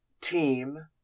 team